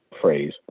phrase